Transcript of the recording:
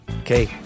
okay